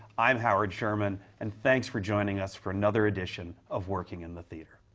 i'm howard sherman. and thanks for joining us for another edition of working in the theater.